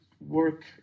work